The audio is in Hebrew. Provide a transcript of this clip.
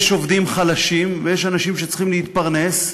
יש עובדים חלשים, ויש אנשים שצריכים להתפרנס,